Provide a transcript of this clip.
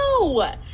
no